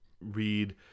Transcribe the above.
read